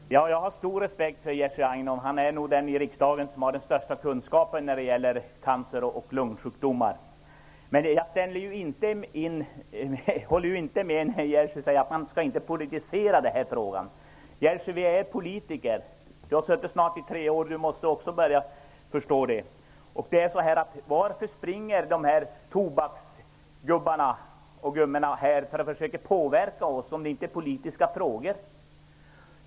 Herr talman! Jag har stor respekt för Jerzy Einhorn som nog är den som i riksdagen har den största kunskapen när det gäller cancer och lungsjukdomar. Men jag håller inte med Jerzy Einhorn om att man inte skall politisera frågan. Jerzy Einhorn, vi är politiker. Jerzy Einhorn har varit riksdagsledamot i nästan tre år och måste börja förstå detta. Varför springer tobaksgubbarna och gummorna här för att försöka påverka oss om det inte är politiska frågor?